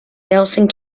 nelson